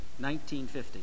1950